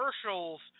commercials